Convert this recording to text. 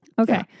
Okay